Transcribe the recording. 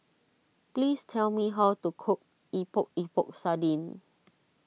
please tell me how to cook Epok Epok Sardin